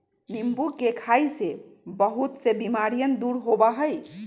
नींबू के खाई से बहुत से बीमारियन दूर होबा हई